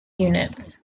units